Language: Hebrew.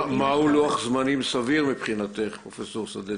מהו לוח זמנים סביר מבחינתך, פרופסור סדצקי?